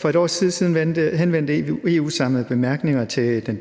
For et års tid siden henvendte EU sig med bemærkninger til